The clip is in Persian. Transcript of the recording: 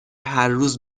هرروز